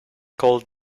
called